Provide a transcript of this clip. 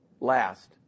last